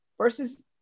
versus